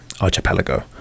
archipelago